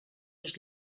els